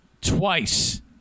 twice